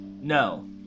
No